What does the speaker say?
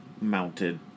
mounted